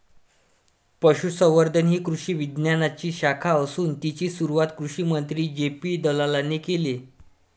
पशुसंवर्धन ही कृषी विज्ञानाची शाखा असून तिची सुरुवात कृषिमंत्री जे.पी दलालाने केले